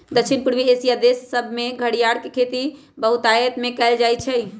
दक्षिण पूर्वी एशिया देश सभमें घरियार के खेती बहुतायत में कएल जाइ छइ